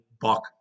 buck